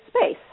space